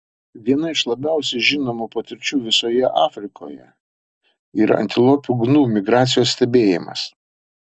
viena iš labiausiai žinomų patirčių visoje afrikoje yra antilopių gnu migracijos stebėjimas